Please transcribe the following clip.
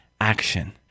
action